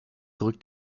rückt